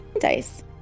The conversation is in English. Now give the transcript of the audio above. dice